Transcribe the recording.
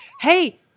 Hey